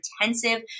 intensive